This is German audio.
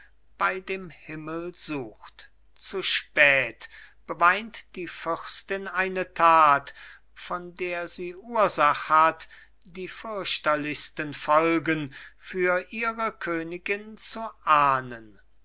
bei dem himmel sucht zu spät beweint die fürstin eine tat von der sie ursach hat die fürchterlichsten folgen für ihre königin zu ahnden